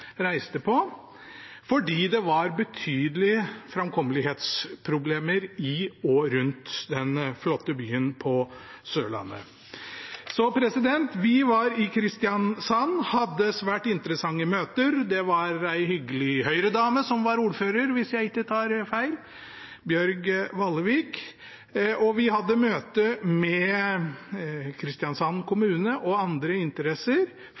på – fordi det var betydelige framkommelighetsproblemer i og rundt den flotte byen på Sørlandet. Så vi var i Kristiansand og hadde svært interessante møter. Det var en hyggelig Høyre-dame som var ordfører, hvis jeg ikke tar feil, Bjørg Wallevik, og vi hadde møter med Kristiansand kommune og andre